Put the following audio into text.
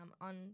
on